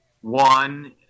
one